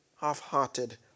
half-hearted